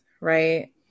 right